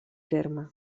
terme